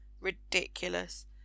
Ridiculous